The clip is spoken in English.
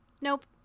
nope